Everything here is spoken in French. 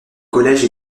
collèges